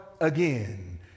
again